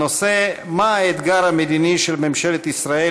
הנושא: מה האתגר המדיני של ממשלת ישראל